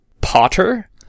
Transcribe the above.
Potter